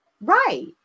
right